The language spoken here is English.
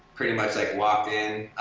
pretty much like walked in,